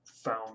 found